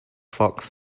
fox